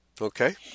Okay